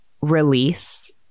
release